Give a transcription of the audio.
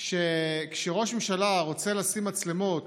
שכשראש ממשלה רוצה לשים מצלמות